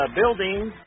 buildings